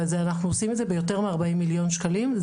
ואנחנו עושים את זה ביותר מארבעים מיליון שקלים.